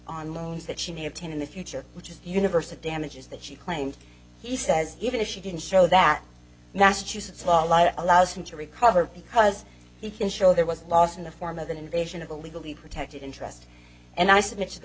on loans that she may obtain in the future which is the universe of damages that she claimed he says even if she didn't show that massachusetts law light allows him to recover because he can show there was loss in the form of an invasion of a legally protected interest and i submit to the